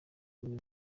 kunywa